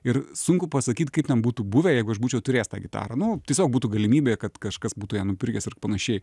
ir sunku pasakyt kaip ten būtų buvę jeigu aš būčiau turėjęs tą gitarą nu tiesiog būtų galimybė kad kažkas būtų ją nupirkęs ir panašiai